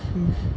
mm